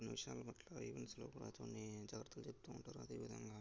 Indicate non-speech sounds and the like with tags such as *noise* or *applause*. కొన్ని విషయాల పట్ల ఈవెంట్స్లో *unintelligible* జాగ్రత్తలు చెప్తూ ఉంటారు అదేవిధంగా